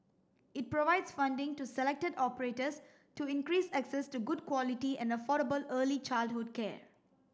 it provides funding to selected operators to increase access to good quality and affordable early childhood care